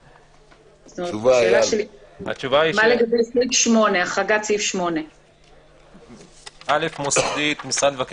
השאלה מה לגבי החרגת סעיף 8. מוסדית משרד מבקר